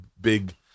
big